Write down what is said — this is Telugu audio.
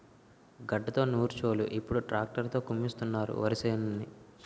గడ్డతో నూర్చోలు ఇప్పుడు ట్రాక్టర్ తో కుమ్మిస్తున్నారు వరిసేనుని